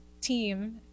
team